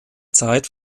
zeit